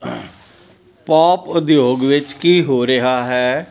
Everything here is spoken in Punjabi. ਪੌਪ ਉਦਯੋਗ ਵਿੱਚ ਕੀ ਹੋ ਰਿਹਾ ਹੈ